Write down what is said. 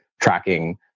tracking